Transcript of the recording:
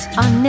on